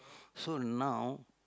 so now